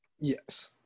yes